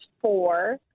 four